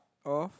of